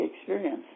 experience